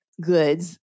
goods